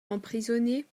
emprisonné